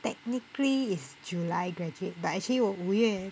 technically it's july graduate but actually 我五月